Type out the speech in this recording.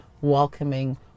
welcoming